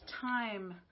time